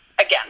again